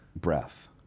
breath